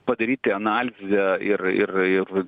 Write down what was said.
padaryti analizę ir ir ir